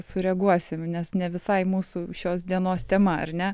sureaguosim nes ne visai mūsų šios dienos tema ar ne